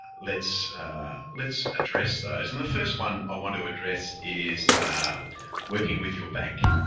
let's let's address those. and the first one i want to address is working with your bank.